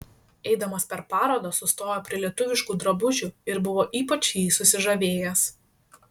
eidamas per parodą sustojo prie lietuviškų drabužių ir buvo ypač jais susižavėjęs